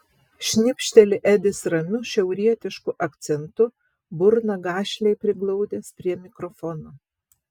šnipšteli edis ramiu šiaurietišku akcentu burną gašliai priglaudęs prie mikrofono